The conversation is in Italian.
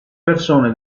persone